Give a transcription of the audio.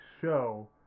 show